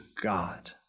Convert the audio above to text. God